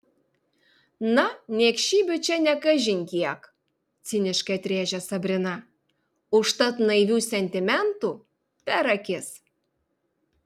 na niekšybių čia ne kažin kiek ciniškai atrėžė sabrina užtat naivių sentimentų per akis